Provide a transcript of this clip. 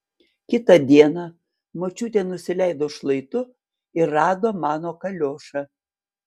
kitą dieną močiutė nusileido šlaitu ir rado mano kaliošą